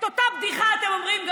את אותה בדיחה אתם אומרים גם